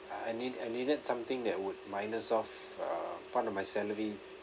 uh I need I needed something that would minus off uh part of my salary